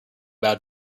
bad